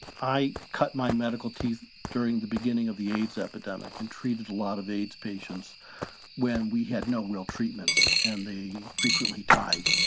i cut my medical teeth during the beginning of the aids epidemic and treated a lot of aids patients when we had no real treatments and the frequently died.